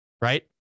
Right